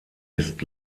ist